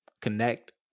connect